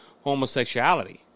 homosexuality